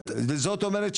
זאת אומרת,